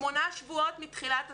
שמונה שבועות מתחילת הסגר,